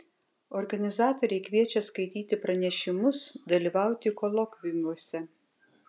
organizatoriai kviečia skaityti pranešimus dalyvauti kolokviumuose